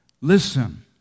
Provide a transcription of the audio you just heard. listen